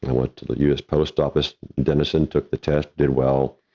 i went to the us post office, denison, took the test did well.